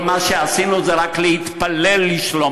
כל מה שעשינו זה רק להתפלל לשלומם.